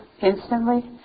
instantly